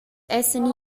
essan